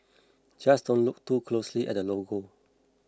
just don't look too closely at the logo